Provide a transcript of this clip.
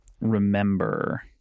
remember